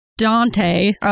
Dante